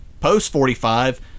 post-45